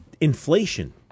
Inflation